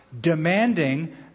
demanding